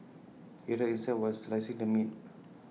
he hurt himself while slicing the meat